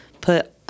put